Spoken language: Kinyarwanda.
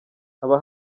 haba